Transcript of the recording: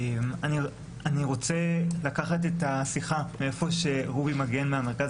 אני רוצה לקחת את השיחה מאיפה שאורי מגן מהמרכז